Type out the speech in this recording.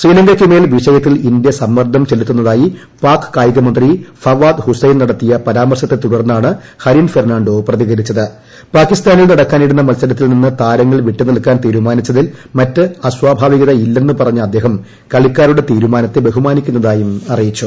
ശ്രീലങ്കയ്ക്ക് മേൽ വിഷയത്തിൽ ഇന്ത്യൂ സ്മ്മർദ്ദം ചെലുത്തുന്നതായി പാക് കായിക മന്ത്രി ഫവാദ് ഹൂള്ള്സ്ൻ നടത്തിയ പരാമർശത്തെ തുടർന്നാണ് ഹരിൻ ഫെർണാ് നടക്കാനിരുന്ന മത്സരത്തിൽ നിന്ന് താരങ്ങൾ വിട്ടുനിൽക്കാൻ തീരുമാനിച്ചതിൽ മറ്റ് അസ്ാഭാവികത ഇല്ലെന്ന് പറഞ്ഞ അദ്ദേഹം കളിക്കാരുടെ തീരുമാനത്തെ ബഹുമാനിക്കുന്നതായും അറിയിച്ചു